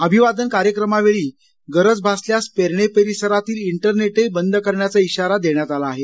अभिवादन कार्यक्रमावेळी गरज असल्यास पेरणे परिसरातील इंटरनेटही बंद करण्याचा इशारा देण्यात आला आहे